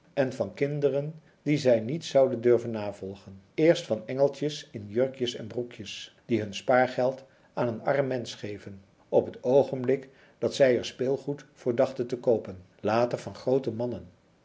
en van kinderen die zij niet zouden durven navolgen eerst van engeltjes in jurkjes en broekjes die hun spaargeld aan een arm mensch geven op het oogenblik dat zij er speelgoed voor dachten te koopen later van groote mannen